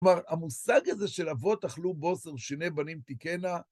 כלומר, המושג הזה של אבות אכלו בוסר, שני בנים תיקהנה,